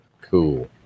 Cool